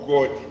God